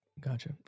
Gotcha